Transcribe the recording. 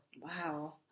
Wow